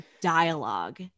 dialogue